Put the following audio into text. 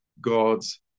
God's